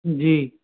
जी